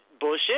bullshit